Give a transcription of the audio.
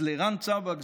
אז לארן צבאג,